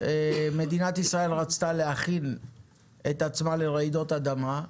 מדינת ישראל רצתה להכין את עצמה לרעידות אדמה,